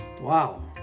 Wow